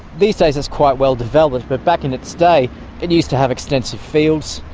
these days it's quite well developed, but back in its day it used to have extensive fields,